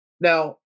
Now